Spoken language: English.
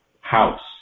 house